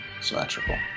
symmetrical